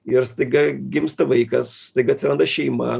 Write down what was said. ir staiga gimsta vaikas staiga atsiranda šeima